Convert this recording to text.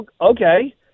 okay